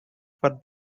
for